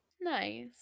Nice